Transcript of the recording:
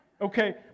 Okay